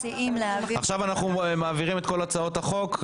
עכשיו אנחנו מעבירים את כל הצעות החוק.